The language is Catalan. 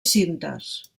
cintes